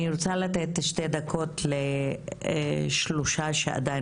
אני רוצה לתת שתי דקות לשלושה דוברים שעדיין